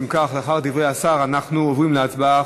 לאחר דברי השר אנחנו עוברים להצבעה.